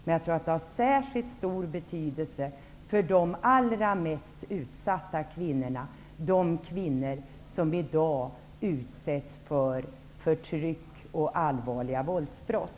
Men särskilt stor betydelse tror jag att det har för de allra mest utsatta kvinnorna -- de kvinnor som i dag utsätts för förtryck och allvarliga våldsbrott.